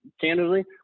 candidly